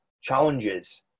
challenges